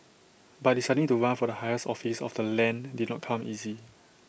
but deciding to run for the highest office of the land did not come easy